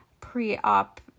pre-op